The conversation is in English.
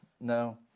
no